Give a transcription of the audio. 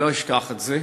אני לא אשכח את זה,